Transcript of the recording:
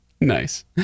Nice